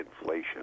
inflation